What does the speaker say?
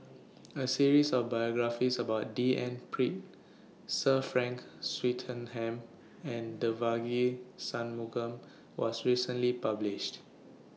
A series of biographies about D N Pritt Sir Frank Swettenham and Devagi Sanmugam was recently published